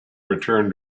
return